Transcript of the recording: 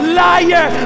liar